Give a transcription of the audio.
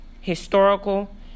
historical